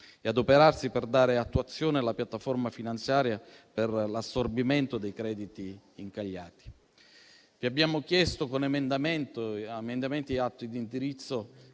di adoperarsi per dare attuazione alla piattaforma finanziaria per l'assorbimento dei crediti incagliati. Vi abbiamo chiesto, con emendamenti e atti di indirizzo